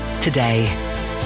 today